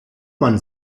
man